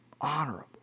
Honorable